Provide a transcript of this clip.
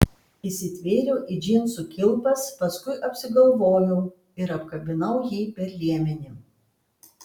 įsitvėriau į džinsų kilpas paskui apsigalvojau ir apkabinau jį per liemenį